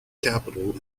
capital